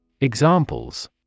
Examples